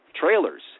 trailers